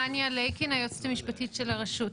מניה לייקין, היועצת המשפטית של הרשות.